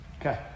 Okay